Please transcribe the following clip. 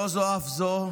לא זו אף זו,